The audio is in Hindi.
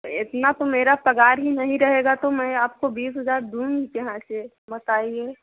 इतना तो मेरा पगार ही नहीं रहेगा तो मैं आपको बीस हज़ार दूँगी कहाँ से बताइए